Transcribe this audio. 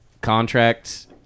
contracts